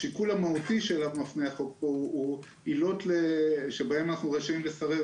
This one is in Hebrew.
השיקול המהותי שאליו מפנה החוק פה הוא עילות שבהן אנחנו רשאים לסרב